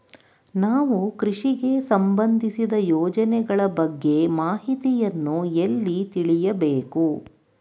ನಾವು ಕೃಷಿಗೆ ಸಂಬಂದಿಸಿದ ಯೋಜನೆಗಳ ಬಗ್ಗೆ ಮಾಹಿತಿಯನ್ನು ಎಲ್ಲಿ ತಿಳಿಯಬೇಕು?